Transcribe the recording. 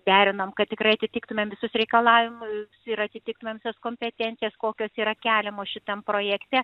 derinom kad tikrai atitiktumėm visus reikalavimus ir atitiktumėm visas kompetencijas kokios yra keliamos šitam projekte